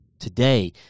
today